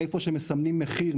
איפה שמסמנים מחיר,